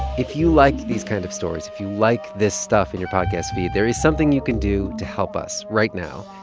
if you like these kind of stories if you like this stuff in your podcast feed, there is something you can do to help us right now.